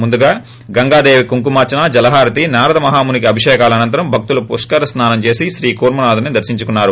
ముందుగా గంగా దేవికి కుంకుమార్సన జలహారతి నారదమహామణికి అభిషేకాలు అనంతరం భక్తులు పుష్కర స్పానం చేసి శ్రికుర్మనాధుని దర్శించుకున్నారు